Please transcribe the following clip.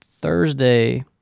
Thursday